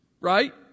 right